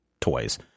toys